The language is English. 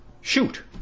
shoot